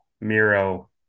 Miro